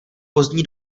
pozdní